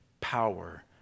power